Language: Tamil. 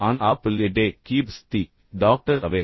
on apple a day keeps the doctor away